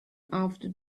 after